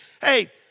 hey